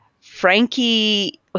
Frankie